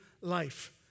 life